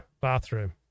bathroom